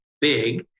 big